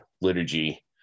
liturgy